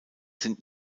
sind